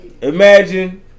imagine